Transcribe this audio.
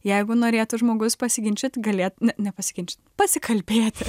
jeigu norėtų žmogus pasiginčyt galėtų ne nepasiginčyt pasikalbėti